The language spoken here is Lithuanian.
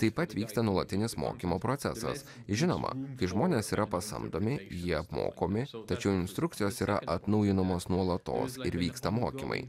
taip pat vyksta nuolatinis mokymo procesas žinoma kai žmonės yra pasamdomi jie apmokomi tačiau instrukcijos yra atnaujinamos nuolatos ir vyksta mokymai